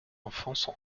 enfance